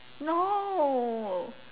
no